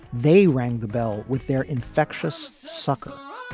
they rang the bell with their infectious sucker,